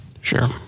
Sure